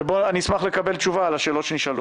אני אשמח לקבל תשובה על השאלות שנשאלו.